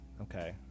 Okay